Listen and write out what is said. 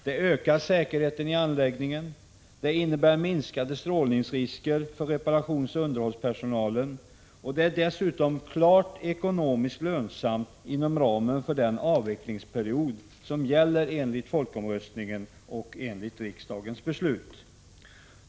Det ökar säkerheten i anläggningen, det innebär minskad strålningsrisk för reparationsoch underhållspersonalen och det är dessutom klart ekonomiskt lönsamt inom ramen för den avvecklingsperiod som gäller enligt folkomröstningen och enligt riksdagens beslut.